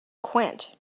quaint